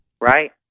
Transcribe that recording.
Right